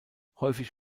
häufig